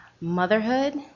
motherhood